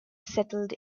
settled